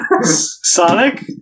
Sonic